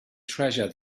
treasure